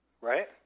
right